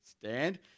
stand